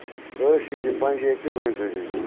یہِ اوس ییٚتہِ پَنٛجٲبۍ تہٕ ؤنۍتَو جِناب